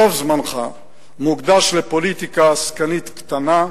רוב זמנך מוקדש לפוליטיקה עסקנית קטנה,